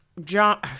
John